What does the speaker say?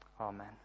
Amen